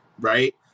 right